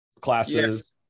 classes